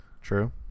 True